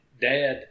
dad